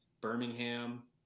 Birmingham